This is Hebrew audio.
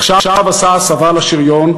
עכשיו עשה הסבה לשריון,